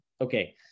okay